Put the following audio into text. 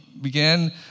began